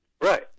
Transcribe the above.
Right